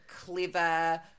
clever